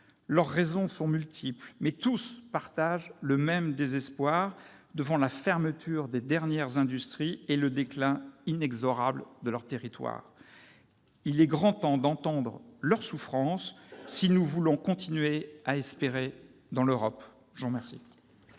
Leurs raisons sont multiples, mais tous partagent le même désespoir devant la fermeture des dernières industries et le déclin inexorable de leur territoire. Il est grand temps d'entendre leur souffrance si nous voulons continuer à espérer dans l'Europe